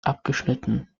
abgeschnitten